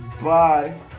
Bye